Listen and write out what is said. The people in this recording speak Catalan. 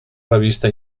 revista